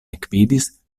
ekvidis